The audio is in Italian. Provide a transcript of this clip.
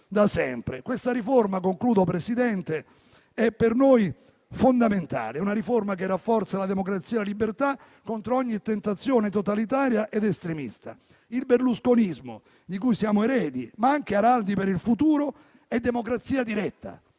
Questa riforma è per noi fondamentale, perché rafforza la democrazia e la libertà contro ogni tentazione totalitaria ed estremista. Il berlusconismo di cui siamo eredi, ma anche araldi per il futuro, è democrazia diretta,